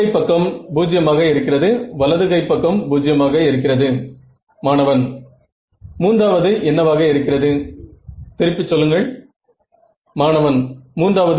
AMN என்ற அணி உறுப்புகளை கணக்கிட நீங்கள் இன்னும் கொஞ்சம் வேலை செய்ய வேண்டும்